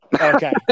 okay